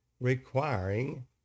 requiring